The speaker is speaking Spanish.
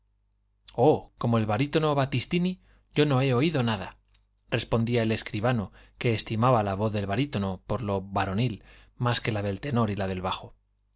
oh como el barítono battistini yo no he oído nada respondía el escribano que estimaba la voz de barítono por lo varonil más que la del tenor y la del bajo